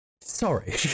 Sorry